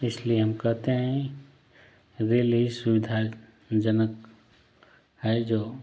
इसलिए हम कहते हैं रेल एक सुविधाजनक है जो